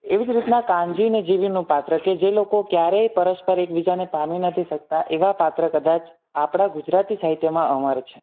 એવી જ રીતના કાનજી ને જીવીનું પાત્ર કે જે લોકો ક્યારેય પરસ્પર એકબીજાને પામી નથી શકતા એવા પાત્ર કદાચ આપણા ગુજરાતી સાહિત્યમાં અમર છે